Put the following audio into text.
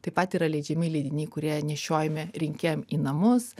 taip pat yra leidžiami leidiniai kurie nešiojami rinkėjam į namus